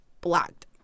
blocked